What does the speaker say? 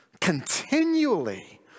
continually